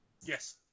Yes